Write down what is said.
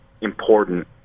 important